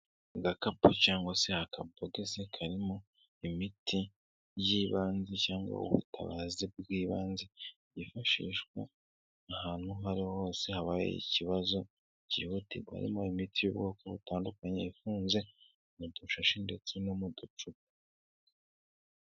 Agakapu cyangwa se akapogisi karimo imiti y'ibanze cyangwa ubutabazi bw'ibanze, yifashishwa ahantu aho ariho hose habaye ikibazo kirihutirwa, harimo imiti y'ubwoko butandukanye ifunze mu dushashi ndetse no mu ducupa.